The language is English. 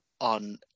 on